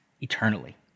eternally